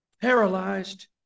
paralyzed